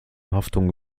haftung